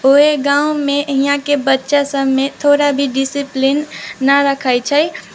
उहे गाँवमे यहाँके बच्चासबमे थोड़ा भी डिसिप्लीन नहि रखै छै